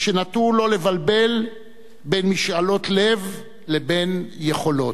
שנטו לא לבלבל בין משאלות לב לבין יכולות.